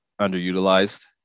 underutilized